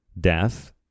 death